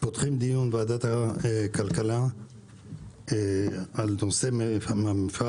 פותחים את דיון וועדת הכלכלה על נושא המפעל